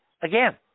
again